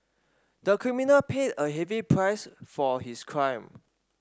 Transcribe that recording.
the criminal paid a heavy price for his crime